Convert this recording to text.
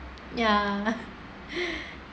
ya